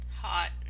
Hot